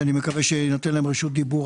שאני מקווה שתינתן להם רשות דיבור,